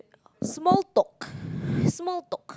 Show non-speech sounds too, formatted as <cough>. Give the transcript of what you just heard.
small talk <breath> small talk